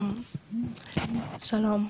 שלום.